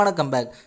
comeback